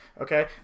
okay